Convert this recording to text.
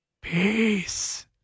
Peace